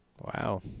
Wow